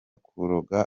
kuroga